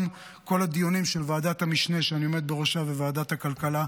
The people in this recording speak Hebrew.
גם כל הדיונים של ועדת המשנה שאני עומד בראשה וועדת הכלכלה,